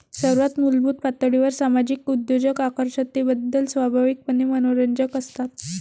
सर्वात मूलभूत पातळीवर सामाजिक उद्योजक आकर्षकतेबद्दल स्वाभाविकपणे मनोरंजक असतात